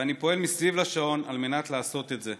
ואני פועל מסביב לשעון על מנת לעשות את זה,